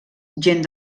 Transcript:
gent